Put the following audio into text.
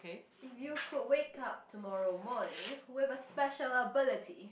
if you could wake up tomorrow morning with a special ability